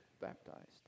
baptized